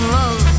love